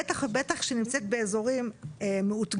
בטח ובטח כשהיא נמצאת באזורים מאותגרים,